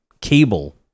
cable